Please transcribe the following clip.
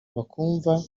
bakumva